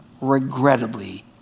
regrettably